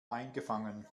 eingefangen